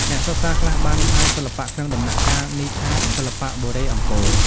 អ្នកសិក្សាខ្លះបានហៅសិល្បៈក្នុងដំណាក់កាលនេះថា សិល្បៈបុរេអង្គរ។